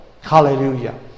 Hallelujah